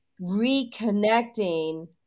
reconnecting